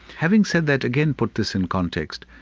having said that again put this in context.